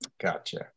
Gotcha